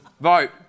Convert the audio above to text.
Vote